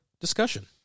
discussion